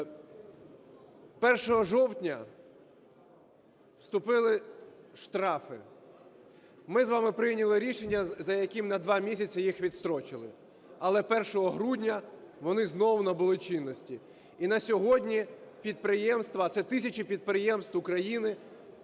1 жовтня вступили штрафи. Ми з вами прийняли рішення, за яким на два місяці їх відстрочили. Але 1 грудня вони знову набули чинності, і на сьогодні підприємства, а це тисячі підприємств України,